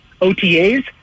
OTAs